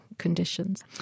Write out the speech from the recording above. conditions